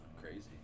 crazy